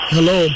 Hello